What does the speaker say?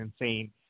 insane